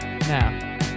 Now